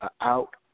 out